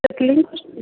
straightening କରୁଛନ୍ତି